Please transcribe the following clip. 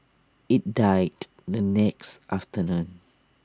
IT died the next afternoon